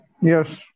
Yes